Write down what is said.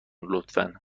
لطفا